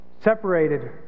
separated